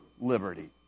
liberty